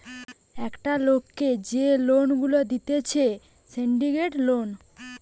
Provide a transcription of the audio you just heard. একটা লোককে যে লোন গুলা দিতেছে সিন্ডিকেট লোন